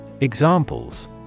Examples